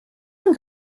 and